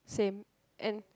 same and